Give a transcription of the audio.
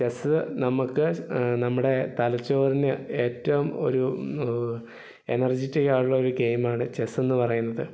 chess നമുക്ക് നമ്മുടെ തലച്ചോറിന് ഏറ്റവും ഒരു എനർജറ്റികായുള്ള ഒരു ഗെയിമാണ് ചെസ്സെന്ന് പറയുന്നത്